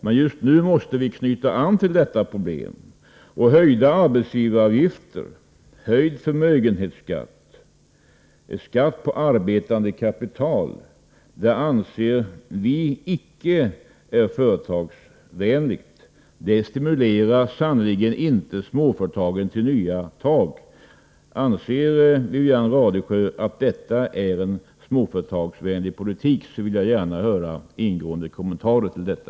Men just nu måste vi knyta an till detta problem. Höjda arbetsgivaravgifter, höjd förmögenhetsskatt och skatt på arbetande kapital anser vi icke är företagsvänligt, det stimulerar sannerligen inte småföretagen till nya tag. Anser Wivi-Anne Radesjö att detta är en småföretagsvänlig politik så vill jag gärna höra en ingående kommentar till detta.